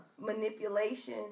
Manipulation